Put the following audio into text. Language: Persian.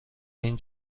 این